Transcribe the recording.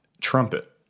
trumpet